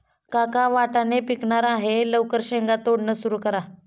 काका वाटाणे पिकणार आहे लवकर शेंगा तोडणं सुरू करा